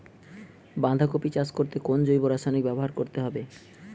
বাঁধাকপি চাষ করতে কোন জৈব রাসায়নিক ব্যবহার করতে হবে?